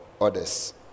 others